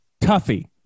Tuffy